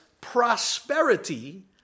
prosperity